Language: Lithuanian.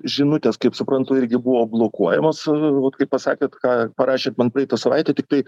žinutės kaip suprantu irgi buvo blokuojamos vat kaip pasakėt ką parašėt man praeitą savaitę tiktai